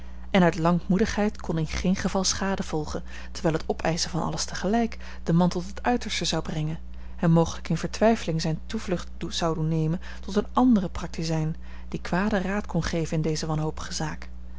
en uit lankmoedigheid kon in geen geval schade volgen terwijl het opeischen van alles tegelijk den man tot het uiterste zoude brengen hem mogelijk in vertwijfeling zijn toevlucht zou doen nemen tot een anderen practizijn die kwaden raad kon geven in deze wanhopige zaak